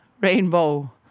rainbow